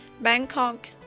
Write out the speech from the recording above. Bangkok